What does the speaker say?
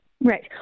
Right